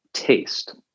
Taste